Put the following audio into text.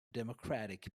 democratic